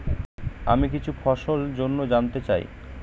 আমি কিছু ফসল জন্য জানতে চাই